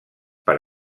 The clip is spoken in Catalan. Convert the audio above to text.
per